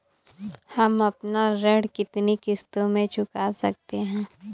हम अपना ऋण कितनी किश्तों में चुका सकते हैं?